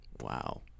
wow